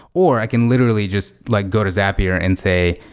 or i can literally just like go to zapier and say,